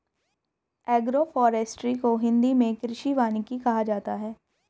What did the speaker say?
agroforestry को हिंदी मे कृषि वानिकी कहा जाता है